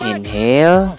Inhale